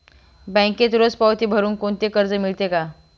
बँकेत रोज पावती भरुन कोणते कर्ज मिळते का?